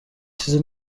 چیزی